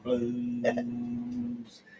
Blues